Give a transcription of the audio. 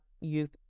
youth